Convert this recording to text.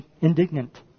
indignant